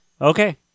Okay